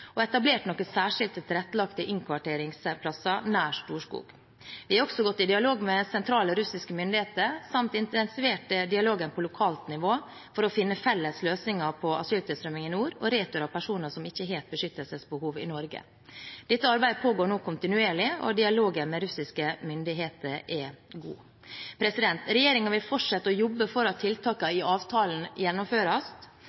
og etablert noen særskilte tilrettelagte innkvarteringsplasser nær Storskog. Vi har også gått i dialog med sentrale russiske myndigheter samt intensivert dialogen på lokalt nivå for å finne felles løsninger på asyltilstrømmingen i nord og retur av personer som ikke har et beskyttelsesbehov i Norge. Dette arbeidet pågår nå kontinuerlig, og dialogen med russiske myndigheter er god. Regjeringen vil fortsette å jobbe for at tiltakene i avtalen gjennomføres,